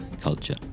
culture